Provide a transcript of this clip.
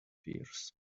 fierce